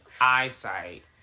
eyesight